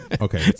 okay